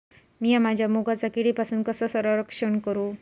मीया माझ्या मुगाचा किडीपासून कसा रक्षण करू?